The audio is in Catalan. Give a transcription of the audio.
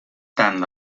tant